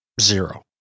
zero